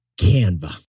Canva